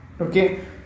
Okay